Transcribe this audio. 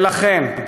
ולכן,